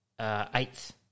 eighth